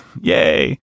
yay